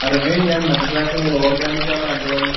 അത് എങ്ങനെ ഞാൻ മനസ്സിലാക്കുന്നത് ഓർഗാനിക്കാണൊ അല്ലയോ എന്ന്